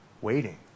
waiting